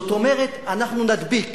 זאת אומרת, אנחנו נדביק